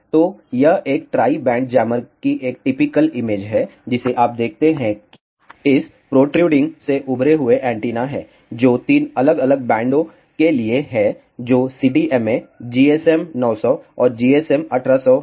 तो यह एक ट्राई बैंड जैमर की एक टिपिकल इमेज है जिसे आप देखते हैं इस प्रोत्रूडिंग से उभरे हुए एंटीना हैं जो 3 अलग अलग बैंडों के लिए हैं जो CDMA GSM 900 और GSM 1800 हैं